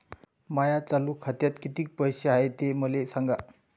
माया चालू खात्यात किती पैसे हाय ते मले सांगा